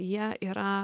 jie yra